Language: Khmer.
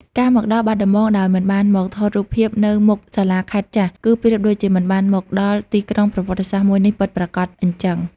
ការមកដល់បាត់ដំបងដោយមិនបានមកថតរូបភាពនៅមុខសាលាខេត្តចាស់ គឺប្រៀបដូចជាមិនបានមកដល់ទីក្រុងប្រវត្តិសាស្ត្រមួយនេះពិតប្រាកដអញ្ចឹង។